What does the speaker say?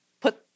put